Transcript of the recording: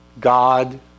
God